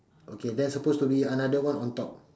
okay there's suppose to be another one on top